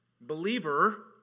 believer